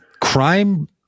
Crime